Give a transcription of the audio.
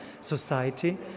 society